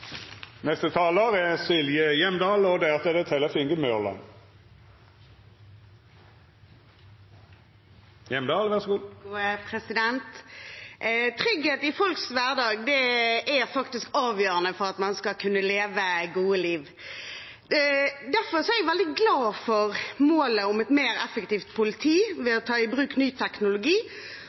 Trygghet i folks hverdag er avgjørende for at man skal kunne leve gode liv. Derfor er jeg veldig glad for målet om et mer effektivt politi ved å ta i bruk ny teknologi,